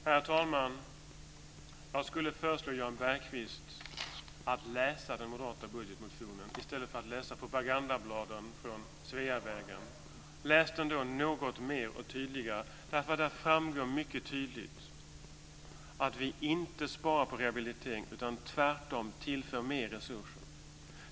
Herr talman! Jag skulle föreslå Jan Bergqvist att läsa den moderata budgetmotionen i stället för att läsa propagandablad från Sveavägen. Läs den något mer och tydligare. Där framgår mycket tydligt att vi inte sparar på rehabilitering utan tvärtom tillför mer resurser.